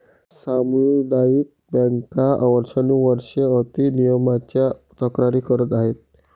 सामुदायिक बँका वर्षानुवर्षे अति नियमनाच्या तक्रारी करत आहेत